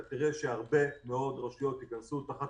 אתה תראה שהרבה מאוד רשויות ייכנסו תחת